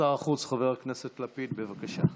שר החוץ חבר הכנסת לפיד, בבקשה.